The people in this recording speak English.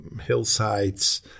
hillsides